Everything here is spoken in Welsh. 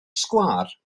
sgwâr